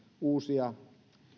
uusia